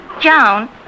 Joan